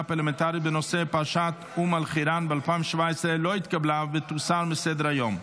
פרלמנטרית בנושא פרשת אום אל-חיראן ב-2017 לא נתקבלה ותוסר מסדר-היום.